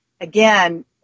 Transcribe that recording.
again